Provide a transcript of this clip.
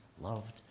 loved